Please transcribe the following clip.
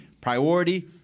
priority